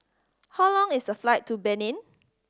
how long is the flight to Benin